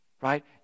right